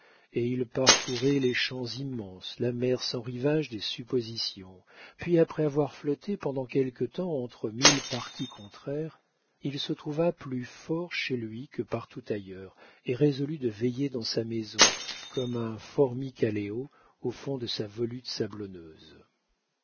et il parcourait les champs immenses la mer sans rivage des suppositions puis après avoir flotté pendant quelque temps entre mille partis contraires il se trouva plus fort chez lui que partout ailleurs et résolut de veiller dans sa maison comme un formicaleo au fond de sa volute sablonneuse